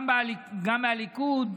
גם מהליכוד,